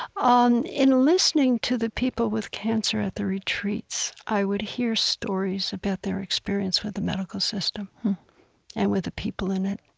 in listening to the people with cancer at the retreats, i would hear stories about their experience with the medical system and with the people in it.